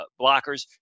blockers